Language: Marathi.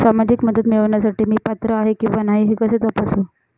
सामाजिक मदत मिळविण्यासाठी मी पात्र आहे किंवा नाही हे कसे तपासू?